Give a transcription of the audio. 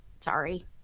sorry